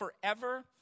forever